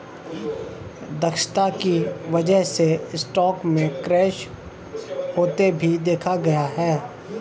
दक्षता की वजह से स्टॉक में क्रैश होते भी देखा गया है